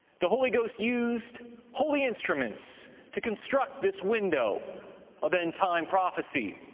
the holy ghost used holy instruments to construct this window of end-time prophecy.